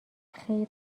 خیر